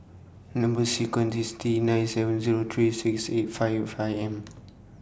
Number sequence IS T nine seven Zero three six eight five five M